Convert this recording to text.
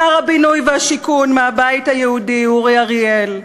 שר הבינוי והשיכון מהבית היהודי אורי אריאל.